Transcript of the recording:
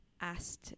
asked